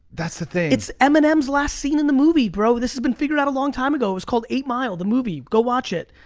that's the thing. it's eminem's last scene in the movie, bro. this has been figured out a long time ago. it was called eight mile, the movie, go watch it.